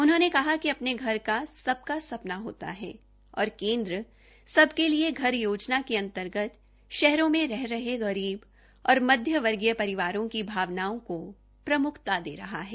उन्होंने कहा कि अपने घर का सबका सपना होता है और केन्द्र सबके के घर योजना के अंतर्गत शहरों में रह रहे गरीब और मध्य वर्गीय परिवारों की भावनाओं को प्रमुखता दे रहा है